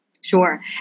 Sure